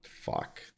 Fuck